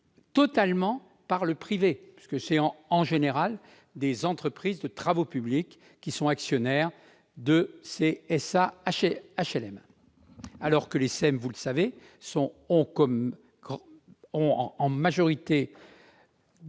totalement par le privé. Ce sont en général des entreprises de travaux publics qui sont actionnaires de ces SA HLM, alors que les SEM ont en majorité